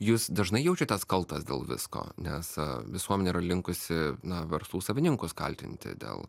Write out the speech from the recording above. jūs dažnai jaučiatės kaltas dėl visko nes visuomenė yra linkusi na verslų savininkus kaltinti dėl